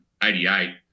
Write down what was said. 88